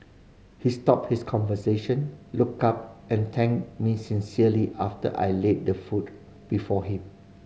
he stopped his conversation looked up and thanked me sincerely after I laid the food before him